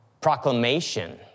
proclamation